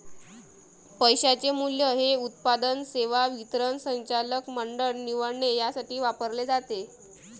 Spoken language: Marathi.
पैशाचे मूल्य हे उत्पादन, सेवा वितरण, संचालक मंडळ निवडणे यासाठी वापरले जाते